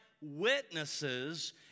witnesses